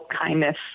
kindness